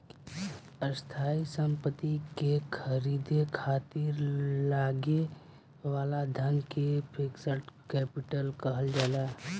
स्थायी सम्पति के ख़रीदे खातिर लागे वाला धन के फिक्स्ड कैपिटल कहल जाला